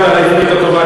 גם על העברית הטובה.